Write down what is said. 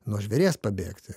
nuo žvėries pabėgti